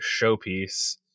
showpiece